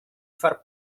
far